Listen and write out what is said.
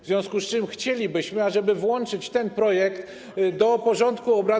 W związku z tym chcielibyśmy, ażeby włączyć ten projekt do porządku obrad.